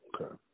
okay